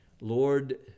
Lord